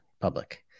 public